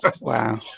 wow